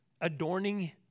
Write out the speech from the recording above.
adorning